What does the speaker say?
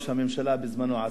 ראש הממשלה בזמנו,